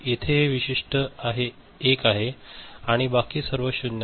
येथे हे विशिष्ट आहे 1 आहे आणि बाकी सर्व 0 आहेत